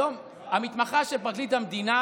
היום המתמחה של פרקליט המדינה,